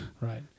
Right